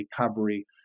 recovery